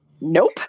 nope